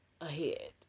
ahead